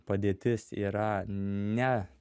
padėtis yra ne